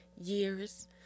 years